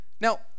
Now